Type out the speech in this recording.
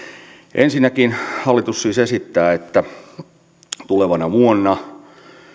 ensinnäkin hallitus siis esittää että tulevana vuonna